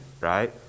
right